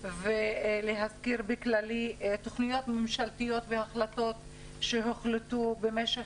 ולהזכיר באופן כללי תכניות ממשלתיות והחלטות במשך